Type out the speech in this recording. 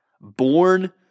born